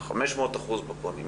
500% בפונים,